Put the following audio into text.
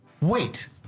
Wait